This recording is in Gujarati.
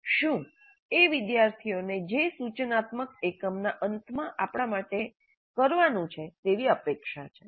શું એ વિદ્યાર્થીઓને જે સૂચનાત્મક એકમના અંતમાં આપણાં માટે કરવાનું છે તેવી અપેક્ષા છે